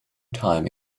time